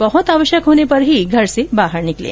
बहत आवश्यक होने पर ही घर से बाहर निकलें